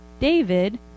David